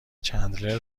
چندلر